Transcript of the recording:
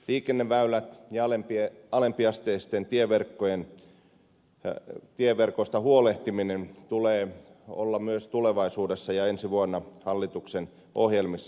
liikenneväylien ja alempiasteisista tieverkoista huolehtimisen tulee olla myös tulevaisuudessa ja ensi vuonna hallituksen ohjelmissa